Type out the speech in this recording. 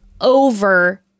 over